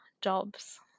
jobs